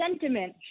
sentiment